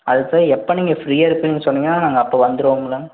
அதுக்கு சார் எப்போ நீங்கள் ஃப்ரீயாக இருப்பிங்க சொன்னிங்கன்னா நாங்கள் அப்போ வந்துருவோங்களங்க